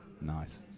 Nice